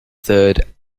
third